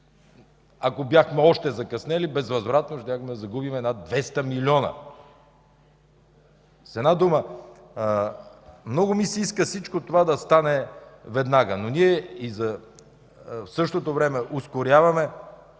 ако бяхме още закъснели, безвъзвратно щяхме да загубим над 200 милиона. Много ми се иска всичко това да стане веднага, но в същото време на